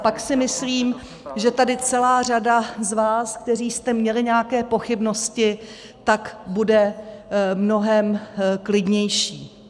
Pak si myslím, že tady celá řada z vás, kteří jste měli nějaké pochybnosti, bude mnohem klidnější.